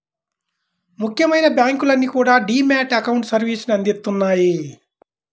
ముఖ్యమైన బ్యాంకులన్నీ కూడా డీ మ్యాట్ అకౌంట్ సర్వీసుని అందిత్తన్నాయి